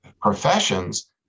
professions